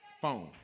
phone